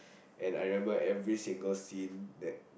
and I remember every single scene that